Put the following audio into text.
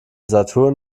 saturn